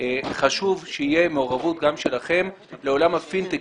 חשוב שתהיה מעורבות גם שלכם לעולם הפינטק.